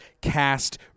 cast